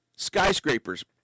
Skyscrapers